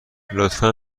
لطفا